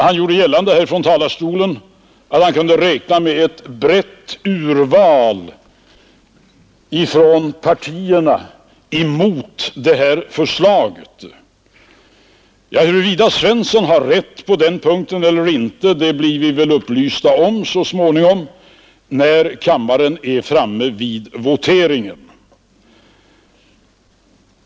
Han gjorde från talarstolen gällande att han kunde räkna med ett brett urval från partierna emot det här förslaget. Ja, huruvida herr Svensson har rätt på den punkten eller inte blir vi väl upplysta om så småningom, när kammaren är framme vid voteringen.